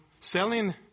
selling